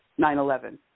9-11